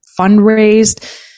fundraised